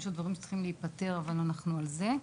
יש עוד דברים שצריכים להיפטר, ואנחנו על זה.